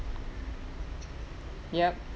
yup